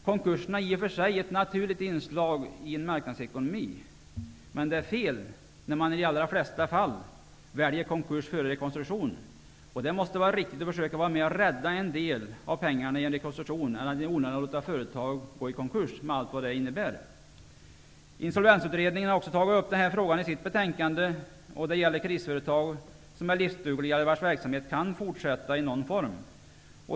Konkurserna är i och för sig ett naturligt inslag i en marknadsekonomi, men det är fel när man i de allra flesta fall väljer konkurs framför rekonstruktion. Det måste vara riktigare att man försöker vara med och rädda en del av pengarna i en rekonstruktion än att i onödan låta företag gå i konkurs, med allt vad det innebär. Insolvensutredningen har också tagit upp den här frågan i sitt betänkande. Det gäller krisföretag som är livsdugliga eller vars verksamhet kan fortsätta i någon form.